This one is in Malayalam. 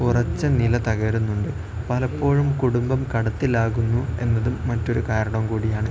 ഉറച്ച നില തകരുന്നുണ്ട് പലപ്പോഴും കുടുംബം കടത്തിലാകുന്നു എന്നതും മറ്റൊരു കാരണം കൂടിയാണ്